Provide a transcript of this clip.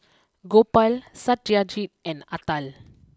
Gopal Satyajit and Atal